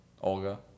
Olga